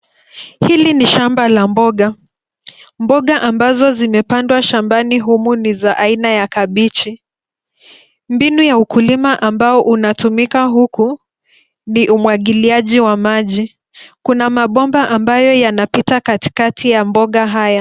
Hili ni shamba la mboga. Mboga ambazo zimepandwa shambani humu ni za aina ya kabeji. Mbinu ya ukulima ambao unatumika huku ni umwagiliaji wa maji. Kuna mabomba ambayo yanapita katikati ya mboga haya.